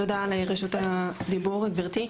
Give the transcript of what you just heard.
תודה על רשות הדיבור, גברתי.